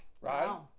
Right